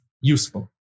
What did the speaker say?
useful